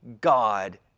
God